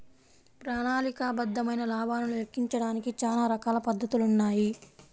ప్రణాళికాబద్ధమైన లాభాలను లెక్కించడానికి చానా రకాల పద్ధతులున్నాయి